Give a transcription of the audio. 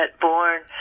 born